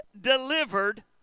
delivered